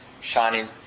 shining